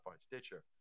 Stitcher